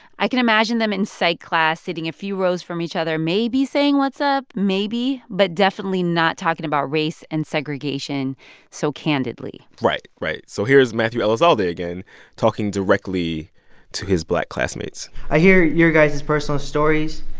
i can imagine them in psych class sitting a few rows from each other, maybe saying, what's up? maybe but definitely not talking about race and segregation so candidly right. right. so here is matthew elizalde again talking directly to his black classmates i hear your guys' personal stories.